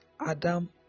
Adam